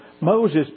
Moses